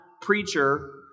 preacher